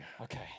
Okay